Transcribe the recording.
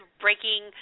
breaking